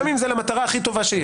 גם אם זה למטרה הכי טובה שיש.